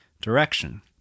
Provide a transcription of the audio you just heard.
direction